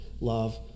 love